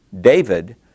David